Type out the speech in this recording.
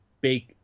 big